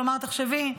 כלומר תחשבי,